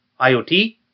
iot